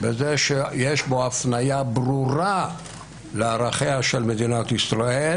בזה שיש בו הפניה ברורה לערכיה של מדינת ישראל,